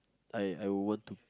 I I would want to